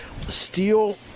steel